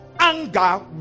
anger